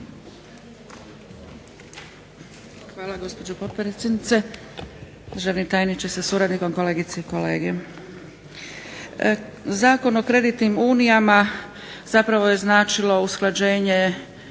Hvala, gospođo potpredsjednice. Državni tajniče sa suradnikom, kolegice i kolege. Zakon o kreditnim unijama zapravo je značilo usklađenje